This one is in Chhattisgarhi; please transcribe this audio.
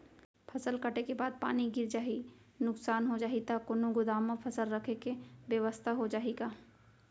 फसल कटे के बाद पानी गिर जाही, नुकसान हो जाही त कोनो गोदाम म फसल रखे के बेवस्था हो जाही का?